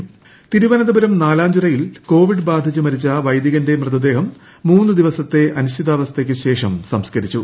വൈദികൻ തിരുവനന്തപുരം നാലാഞ്ചിറയിൽ കോവിഡ് ബാധിച്ച് മരിച്ച വൈദികന്റെ മൃതദേഹം മൂന്ന് ദിവസത്തെ അനിശ്ചിതാവസ്ഥയ്ക്ക് ശേഷം സംസ്കരിച്ചു